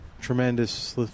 tremendous